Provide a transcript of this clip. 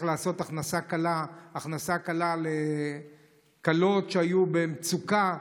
לעשות הכנסת כלה לכלות שהיו במצוקה.